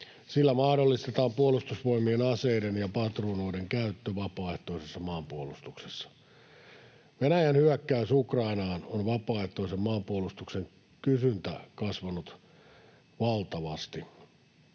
Sillä mahdollistetaan Puolustusvoimien aseiden ja patruunoiden käyttö vapaaehtoisessa maanpuolustuksessa. Venäjän hyökättyä Ukrainaan on vapaaehtoisen maanpuolustuksen kysyntä kasvanut valtavasti.